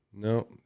No